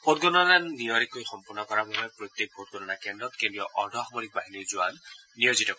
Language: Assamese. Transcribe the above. ভোটগণনা নিয়াৰিকৈ সম্পন্ন কৰাৰ বাবে প্ৰত্যেক ভোটগণনা কেদ্ৰত কেন্দ্ৰীয় অৰ্ধসামৰিক বাহিনীৰ জোৱান নিয়োজিত কৰা হৈছে